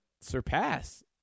surpass